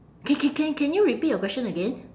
c~ c~ can can you repeat your question again